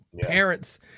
parents